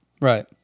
Right